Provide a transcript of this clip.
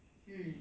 mm